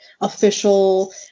official